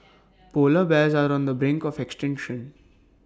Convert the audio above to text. Polar Bears are on the brink of extinction